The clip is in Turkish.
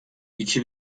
iki